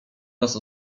raz